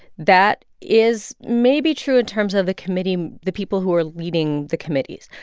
that is maybe true in terms of the committee the people who are leading the committees.